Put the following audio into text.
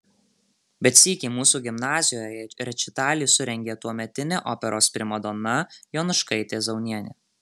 bet sykį mūsų gimnazijoje rečitalį surengė tuometinė operos primadona jonuškaitė zaunienė